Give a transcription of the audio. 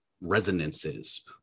resonances